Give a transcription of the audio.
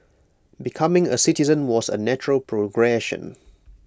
becoming A citizen was A natural progression